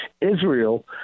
Israel